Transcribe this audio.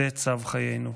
זה צו חיינו.